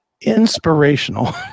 inspirational